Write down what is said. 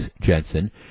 Jensen